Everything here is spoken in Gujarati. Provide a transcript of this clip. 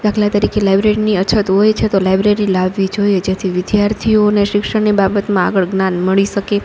દાખલા તરીકે લાઇબ્રેરીની અછત હોય છે તો લાઇબ્રેરી લાવવી જોઈએ જેથી વિદ્યાર્થીઓને શિક્ષણની બાબતમાં આગળ જ્ઞાન મળી શકે